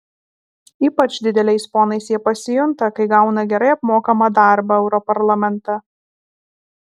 ypač dideliais ponais jie pasijunta kai gauna gerai apmokamą darbą europarlamente